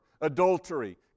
adultery